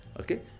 Okay